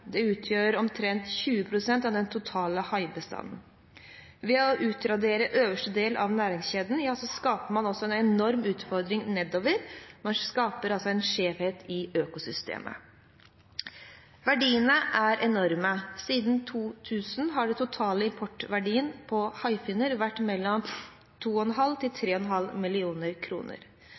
Det utgjør omtrent 20 pst. av den totale haibestanden. Ved å utradere øverste del av næringskjeden skaper man enorme utfordringer nedover. Man skaper en skjevhet i økosystemet. Verdiene er enorme. Siden 2000 har den totale importverdien på haifinner vært på mellom 2,4 til